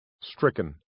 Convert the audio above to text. stricken